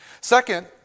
Second